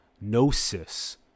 gnosis